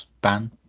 ban